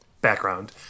background